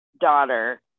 daughter